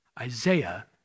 Isaiah